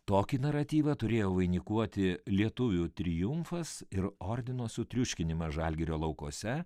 tokį naratyvą turėjo vainikuoti lietuvių triumfas ir ordino sutriuškinimą žalgirio laukuose